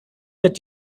mit